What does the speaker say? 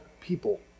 people